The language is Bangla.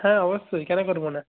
হ্যাঁ অবশ্যই কেন পারবো না